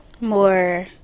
more